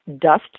dust